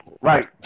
Right